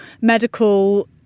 medical